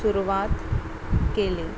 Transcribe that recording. सुरवात केली